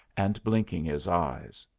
and blinking his eyes.